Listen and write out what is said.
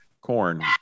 corn